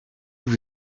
vous